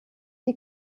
die